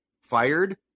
fired